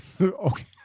Okay